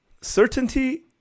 certainty